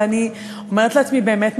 ואני אומרת לעצמי: באמת,